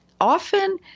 Often